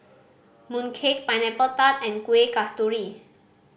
mooncake Pineapple Tart and Kuih Kasturi